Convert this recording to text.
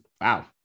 wow